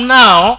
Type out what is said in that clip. now